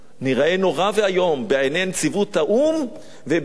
ניראה נורא ואיום בעיני נציבות האו"ם ובעיני